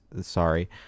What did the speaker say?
sorry